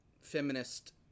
feminist